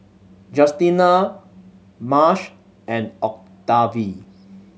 Justina Marsh and Octavie